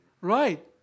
Right